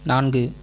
நான்கு